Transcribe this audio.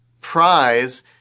prize